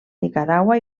nicaragua